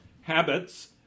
habits